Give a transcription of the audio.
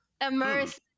immersed